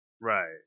Right